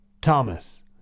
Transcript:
Thomas